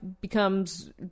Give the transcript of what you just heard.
becomes